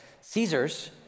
Caesar's